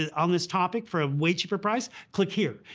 and on this topic for a way cheaper price? click here.